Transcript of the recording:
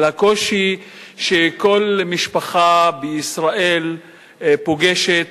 על הקושי שכל משפחה בישראל פוגשת,